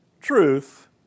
truth